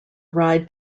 ride